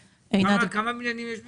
כמה בניינים יש בסיכון?